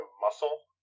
muscle